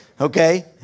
Okay